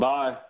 Bye